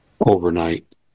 Overnight